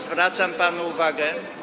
Zwracam panu uwagę.